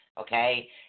Okay